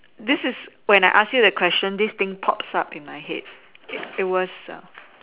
this is when I asked you the question this thing pops out in my head it was a